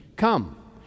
Come